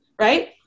right